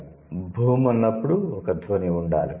'boom' అన్నప్పుడు ఒక ధ్వని ఉండాలి